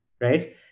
right